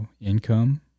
income